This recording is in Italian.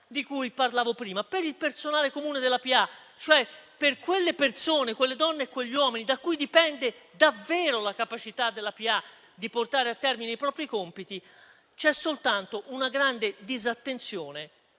di cui parlavo prima. Per il personale comune della PA, cioè per quelle persone, quelle donne e quegli uomini, da cui dipende davvero la capacità della PA di portare a termine i propri compiti, c'è soltanto una grande disattenzione